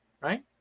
right